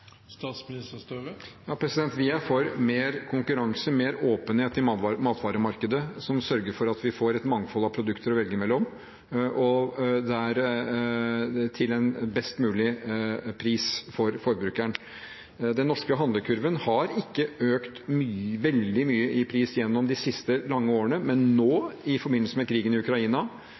Vi er for mer konkurranse og mer åpenhet i matvaremarkedet, som sørger for at vi får et mangfold av produkter å velge mellom, til en best mulig pris for forbrukeren. Den norske handlekurven har ikke økt veldig mye i pris gjennom de siste lange årene, men nå, med krig i Ukraina, som gir dyrere gjødsel, høyere produksjonspriser og produkter som uteblir, er det en kraftig driver i